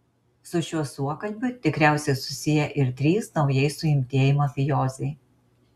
su šiuo suokalbiu tikriausiai susiję ir trys naujai suimtieji mafijoziai